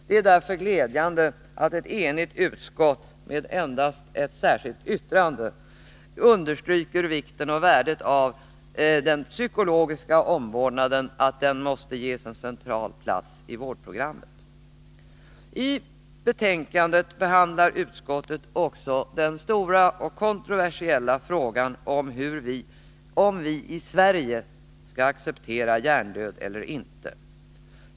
Det är därför glädjande att ett enigt utskott — det föreligger endast ett särskilt yttrande — understryker vikten och värdet av den psykologiska omvårdnaden och att den måste ges en central plats i vårdprogrammet. I betänkandet behandlar utskottet också den stora och kontroversiella frågan om vi i Sverige skall acceptera hjärndöd eller inte.